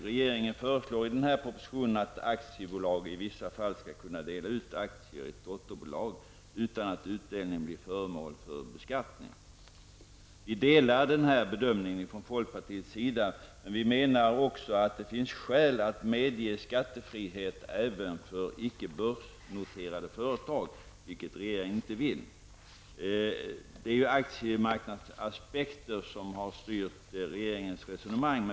Regeringen föreslår i denna proposition att aktiebolag i vissa fall skall kunna dela ut aktier i ett dotterbolag, utan att utdelningen blir föremål för beskattning. Från folkpartiet liberalernas sida delar vi denna bedömning. Men vi menar också att det finns skäl att medge samma skattefrihet för icke börsnoterade företag, vilket inte regeringen vill. Det är aktiemarknadsaspekter som har styrt regeringens resonemang.